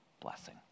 blessing